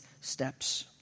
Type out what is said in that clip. steps